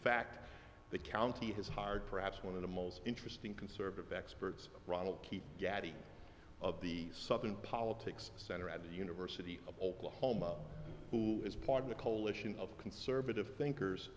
fact the county has hired perhaps one of the most interesting conservative experts ronald keith gaddy of the southern politics center at the university of oklahoma who is part of a coalition of conservative thinkers